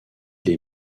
les